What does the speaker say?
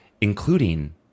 including